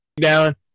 Down